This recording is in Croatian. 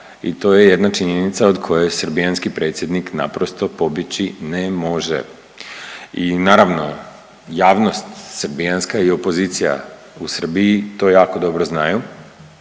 i to je jedna činjenica od koje srbijanski predsjednik naprosto pobjeći ne može. I naravno javnost srbijanska i opozicija u Srbiji to jako dobro znaju.